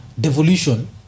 devolution